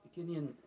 Kenyan